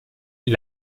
est